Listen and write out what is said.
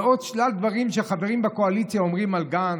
ועוד שלל דברים שחברים בקואליציה אומרים על גנץ,